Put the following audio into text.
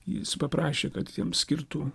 jis paprašė kad jam skirtų